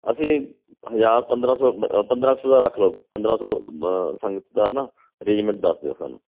ਅਸੀਂ ਹਜ਼ਾਰ ਪੰਦਰਾਂ ਸੌ ਮ ਪੰਦਰਾਂ ਸੌ ਦਾ ਰੱਖ ਲਉ ਪੰਦਰਾਂ ਸੌ ਸੰਗਤ ਦਾ ਹੈ ਨਾ ਅਰੇਂਜਮੈਂਟ ਦੱਸ ਦਿਉ ਸਾਨੂੰ